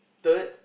third